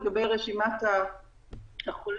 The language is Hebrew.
לגבי רשימת החולים,